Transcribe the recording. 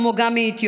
כמו גם מאתיופיה,